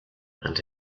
and